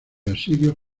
asirios